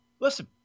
Listen